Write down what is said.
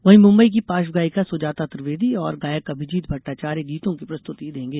वहीं मुंबई की पार्श्व गायिका सुजाता त्रिवेदी और गायक अभिजीत भट्टाचार्य गीतों की प्रस्तुति देंगे